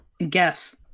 Guess